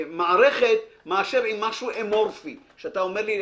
מערכת מאשר עם משהו אמורפי שאתה אומר לי,